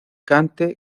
cante